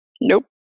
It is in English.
Nope